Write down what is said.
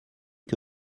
que